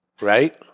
Right